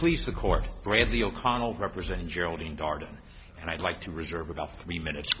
please the court bradley o'connell representing geraldine darden and i'd like to reserve about three minutes